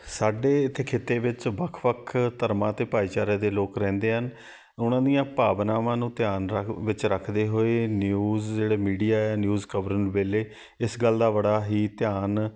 ਸਾਡੇ ਇੱਥੇ ਖਿੱਤੇ ਵਿੱਚ ਵੱਖ ਵੱਖ ਧਰਮਾਂ 'ਤੇ ਭਾਈਚਾਰੇ ਦੇ ਲੋਕ ਰਹਿੰਦੇ ਹਨ ਉਹਨਾਂ ਦੀਆਂ ਭਾਵਨਾਵਾਂ ਨੂੰ ਧਿਆਨ ਰੱ ਵਿੱਚ ਰੱਖਦੇ ਹੋਏ ਨਿਊਜ਼ ਜਿਹੜੇ ਮੀਡੀਆ ਨਿਊਜ਼ ਕਵਰਨ ਵੇਲੇ ਇਸ ਗੱਲ ਦਾ ਬੜਾ ਹੀ ਧਿਆਨ